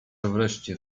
wreszcie